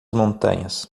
montanhas